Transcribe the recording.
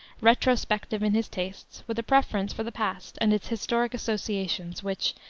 retrospective in his tastes, with a preference for the past and its historic associations which,